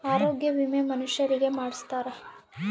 ಆರೊಗ್ಯ ವಿಮೆ ಮನುಷರಿಗೇ ಮಾಡ್ಸ್ತಾರ